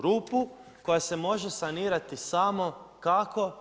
Rupu koja se može sanirati samo kako?